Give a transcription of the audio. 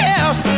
else